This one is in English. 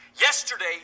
Yesterday